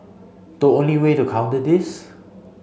the only way to counter this